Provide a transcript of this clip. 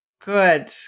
Good